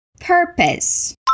purpose